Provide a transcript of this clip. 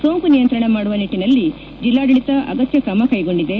ಸೋಂಕು ನಿಯಂತ್ರಣ ಮಾಡುವ ನಿಟ್ಟನಲ್ಲಿ ಜಲ್ಲಾಡಳಿತ ಅಗತ್ಯ ಕ್ರಮಕೈಗೊಂಡಿದೆ